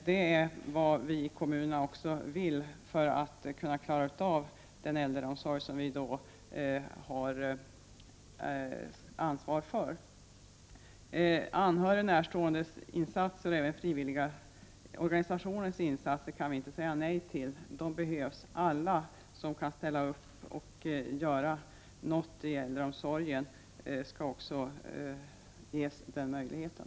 Det är vad vi i kommunerna också vill för att kunna klara den äldreomsorg som vi då kommer att få ansvar för. Anhörigas och närståendes insatser liksom frivilliga organisationers insatser kan vi inte säga nej till. De behövs. Alla som kan ställa upp och göra något i äldreomsorgen skall också ges den möjligheten.